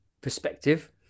perspective